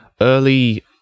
early